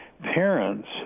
parents